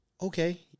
Okay